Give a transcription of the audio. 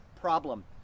problem